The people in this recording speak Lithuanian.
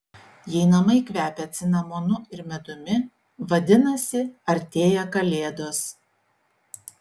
jei namai kvepia cinamonu ir medumi vadinasi artėja kalėdos